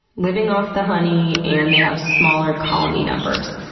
living off the honey, and they have smaller colony numbers.